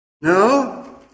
No